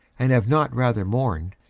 and have not rather mourned,